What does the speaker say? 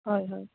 হয় হয়